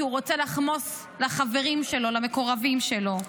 כי הוא רוצה לחמוס לחברים שלו, למקורבים שלו.